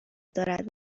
دارد